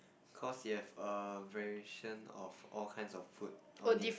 cause it have a variation of all kinds of fruit on it